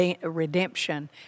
redemption